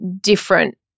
different